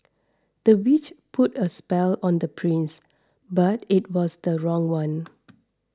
the witch put a spell on the prince but it was the wrong one